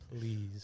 Please